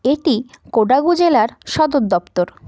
এটি কোডাগু জেলার সদর দপ্তর